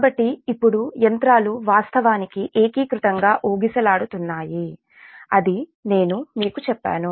కాబట్టి ఇప్పుడు యంత్రాలు వాస్తవానికి ఏకీకృతంగా ఊగిసలాడుతున్నాయి అది నేను మీకు చెప్పాను